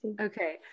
Okay